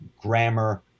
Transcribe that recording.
grammar